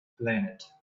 planet